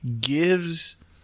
gives